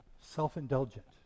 Self-indulgent